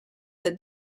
that